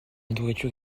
nourriture